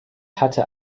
hatte